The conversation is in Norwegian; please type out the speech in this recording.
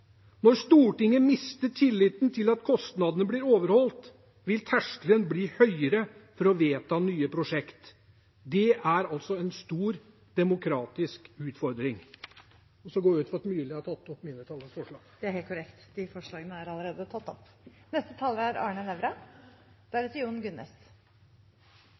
Når Stortinget mister tilliten til at kostnadene blir overholdt, vil terskelen bli høyere for å vedta nye prosjekt. Det er en stor demokratisk utfordring. Det er vel knapt noen nå som ikke er veldig bekymret for de enorme kostnadsoverskridelsene på flere jernbaneprosjekter de